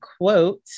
quote